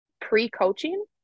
pre-coaching